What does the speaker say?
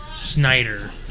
Snyder